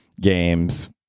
games